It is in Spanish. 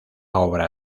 obra